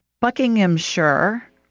Buckinghamshire